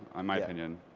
um my opinion.